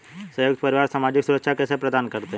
संयुक्त परिवार सामाजिक सुरक्षा कैसे प्रदान करते हैं?